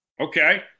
Okay